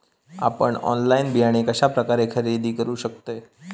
आपन ऑनलाइन बियाणे कश्या प्रकारे खरेदी करू शकतय?